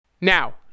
Now